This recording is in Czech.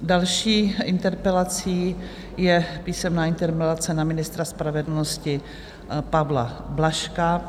Další interpelací je písemná interpelace na ministra spravedlnosti Pavla Blažka.